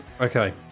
Okay